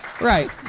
Right